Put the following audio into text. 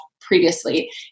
previously